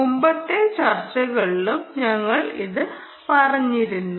മുമ്പത്തെ ചർച്ചകളിലും ഞങ്ങൾ ഇത് പറഞ്ഞിരുന്നു